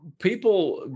People